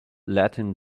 latin